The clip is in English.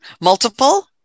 Multiple